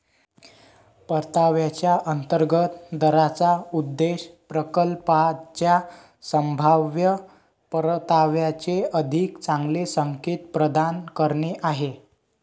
परताव्याच्या अंतर्गत दराचा उद्देश प्रकल्पाच्या संभाव्य परताव्याचे अधिक चांगले संकेत प्रदान करणे आहे